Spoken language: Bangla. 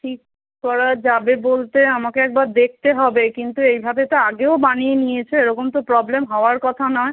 ঠিক করা যাবে বলতে আমাকে একবার দেখতে হবে কিন্তু এইভাবে তো আগেও বানিয়ে নিয়েছে এরকম তো প্রবলেম হওয়ার কথা নয়